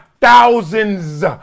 thousands